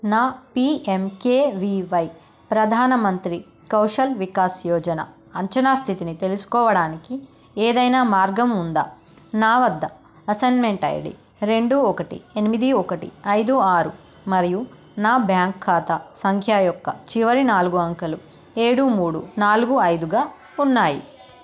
నా P M K V Y Pradhan Mantri Kaushal Vikas Yojana అంచనా స్థితిని తెలుసుకోవడానికి ఏదైనా మార్గం ఉందా నా వద్ద అసైన్మెంట్ ఐ డి రెండు ఒకటి ఎనిమిది ఒకటి ఐదు ఆరు మరియు నా బ్యాంక్ ఖాతా సంఖ్యా యొక్క చివరి నాలుగు అంకెలు ఏడు మూడు నాలుగు ఐదుగా ఉన్నాయి